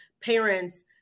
parents